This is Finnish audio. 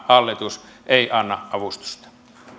hallitus ei anna avustusta